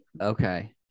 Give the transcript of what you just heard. okay